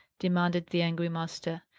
demanded the angry master.